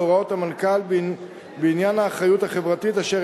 בהוראות המנכ"ל בעניין האחריות החברתית אשר